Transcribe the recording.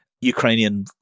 Ukrainian